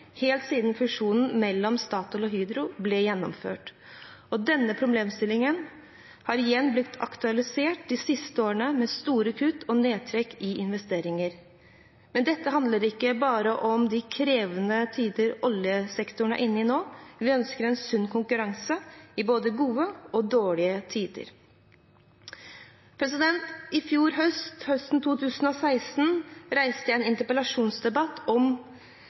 helt siden fusjonen mellom Statoil og Hydro ble gjennomført, og denne problemstillingen har igjen blitt aktualisert de siste årene, med store kutt og nedtrekk i investeringene. Men dette handler ikke bare om de krevende tidene oljesektoren er inne i nå. Vi ønsker en sunn konkurranse i både gode og dårlige tider. I 2016 reiste jeg en interpellasjon om